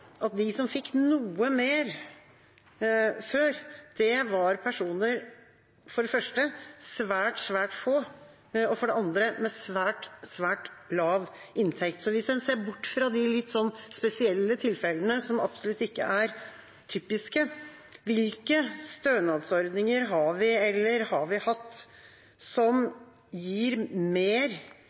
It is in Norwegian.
at de som fikk noe mer før, var for det første svært, svært få, og for det andre personer med svært, svært lav inntekt. Hvis en ser bort fra de litt spesielle tilfellene, som absolutt ikke er typiske, hvilke stønadsordninger har vi, eller har vi hatt, som gir mer